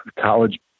college